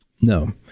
No